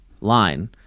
line